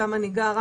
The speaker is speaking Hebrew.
שם אני גרה,